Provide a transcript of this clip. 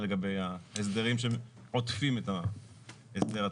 אלא לגבי ההסדרים שעוטפים את ההסדר עצמו.